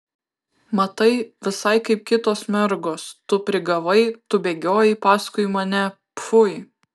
matai visai kaip kitos mergos tu prigavai tu bėgiojai paskui mane pfui